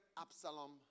Absalom